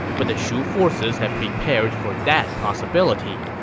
but the shu forces had prepared for that possibility.